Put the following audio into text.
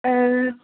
आ